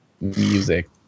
music